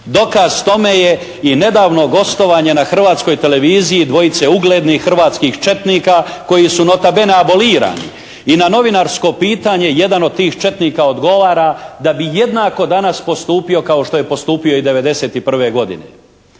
Dokaz tome je i nedavno gostovanje na Hrvatskoj televiziji dvojice uglednih hrvatskih četnika koji su nota bene abolirani i na novinarsko pitanje jedan od tih četnika odgovara da bi jednako danas postupio kao što je postupio i '91. godine.